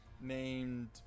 named